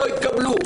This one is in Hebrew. התקבלו.